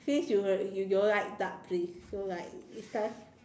since you you don't like dark place so like cause